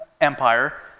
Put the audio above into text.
Empire